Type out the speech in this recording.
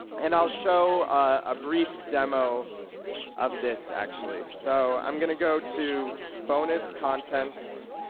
and i will show a brief demo of this, actually. so i'm going to go to bonus content.